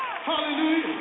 Hallelujah